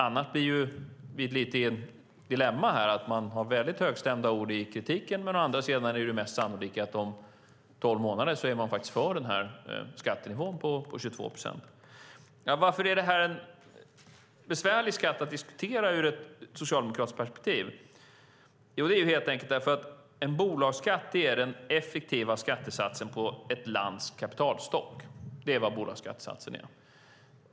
Annars blir man lite i ett dilemma att man har väldigt högstämda ord i kritiken medan det mest sannolika är att man om tolv månader är för skattenivån på 22 procent. Varför är detta en besvärlig skatt att diskutera ur ett socialdemokratiskt perspektiv? Det är helt enkelt därför att en bolagsskatt är den effektiva skattesatsen på ett lands kapitalstock. Det är vad bolagsskattesatsen är.